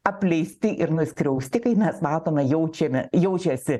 apleisti ir nuskriausti kai mes matome jaučiame jaučiasi